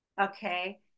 okay